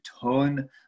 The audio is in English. tone